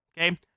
Okay